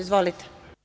Izvolite.